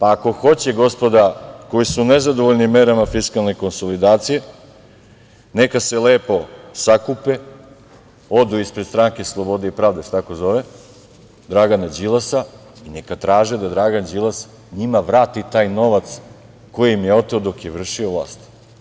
Ako hoće gospoda koja su nezadovoljna merama fiskalne konsolidacije, neka se lepo sakupe, odu ispred stranke SSP, jel se tako zove, i neka traže da Dragan Đilas njima vrati taj novac koji im je oteo dok je vršio vlast.